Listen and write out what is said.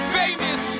famous